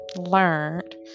learned